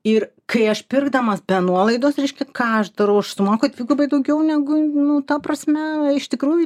ir kai aš pirkdamas be nuolaidos reiškia ką aš darau aš sumoku dvigubai daugiau negu nu ta prasme iš tikrųjų